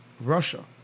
Russia